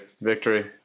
victory